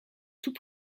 tout